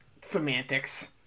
Semantics